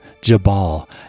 jabal